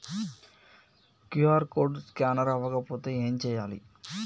QR code scanner అవ్వకపోతే ఏం చేయాలి?